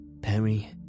Perry